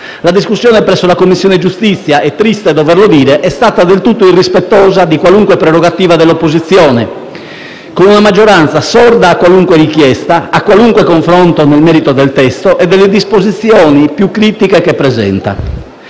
La discussione presso la Commissione giustizia - è triste doverlo dire - è stata del tutto irrispettosa di qualunque prerogativa dell'opposizione, con una maggioranza sorda a qualunque richiesta e a qualsivoglia confronto nel merito del testo e delle disposizioni più critiche che presenta.